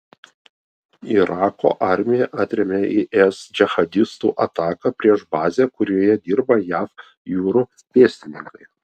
irako armija atrėmė is džihadistų ataką prieš bazę kurioje dirba jav jūrų pėstininkai